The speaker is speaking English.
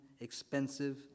expensive